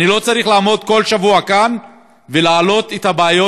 אני לא צריך לעמוד כאן כל שבוע ולהעלות את הבעיות